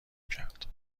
کرد